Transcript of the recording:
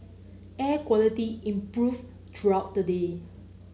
air quality improve throughout the day